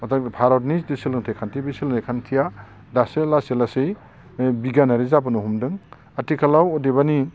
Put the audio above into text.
भारतनि जि सोलोंथाय खान्थि बे सोलोंथाय खान्थिया दासो लासै लासै बिगियानारि जाबोनो हमदों आथिखालाव अदेबानि